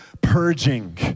purging